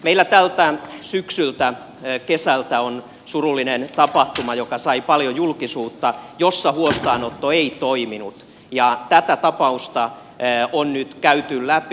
meillä tältä kesältä oli surullinen tapahtuma joka sai paljon julkisuutta ja jossa huostaanotto ei toiminut ja tätä tapausta on nyt käyty läpi